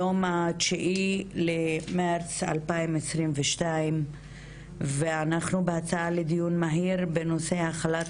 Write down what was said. היום ה-9 למרץ 2022 ואנחנו בהצעה לדיון מהיר לנושא החלת